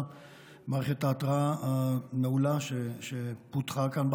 מערכת ההתרעה המעולה שפותחה כאן,